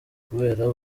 kubera